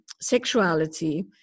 sexuality